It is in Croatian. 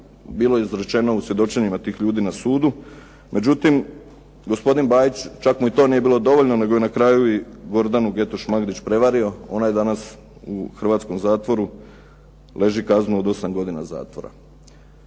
bilo izrečeno u svjedočenjima tih ljudi na sudu. Međutim, gospodin Bajić čak mu i to nije bilo dovoljno nego je na kraju i Gordanu Getoš Magdić prevario. Ona je danas u hrvatskom zatvoru. Leži kaznu od osam godina zatvora.